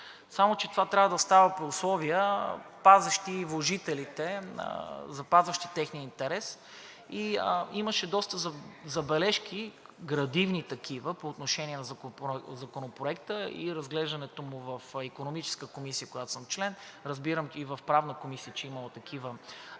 Само че това трябва да стане при условия, пазещи вложителите, запазващи техния интерес. Имаше доста забележки, градивни такива, по отношение на Законопроекта и разглеждането му в Икономическата комисия, на която съм член, а разбирам, че и в Правната комисия е имало такива